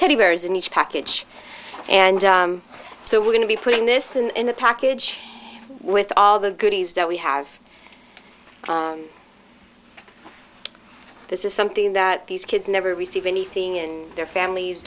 teddy bears in each package and so we're going to be putting this in in a package with all the goodies that we have this is something that these kids never receive anything their families